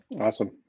Awesome